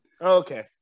Okay